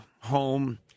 home